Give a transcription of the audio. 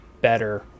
better